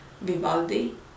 Vivaldi